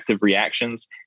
reactions